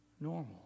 Normal